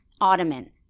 ottoman